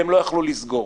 והם לא יכלו לסגור.